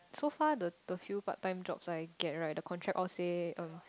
so far the the few part time jobs I get right the contract all say um